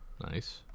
Nice